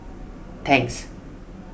Tangs